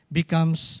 becomes